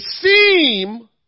seem